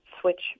Switch